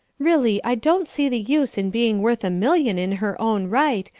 really i don't see the use in being worth a million in her own right,